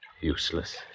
Useless